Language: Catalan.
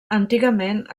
antigament